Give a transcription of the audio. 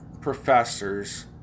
professors